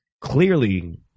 clearly